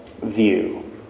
view